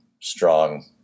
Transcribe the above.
strong